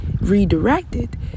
redirected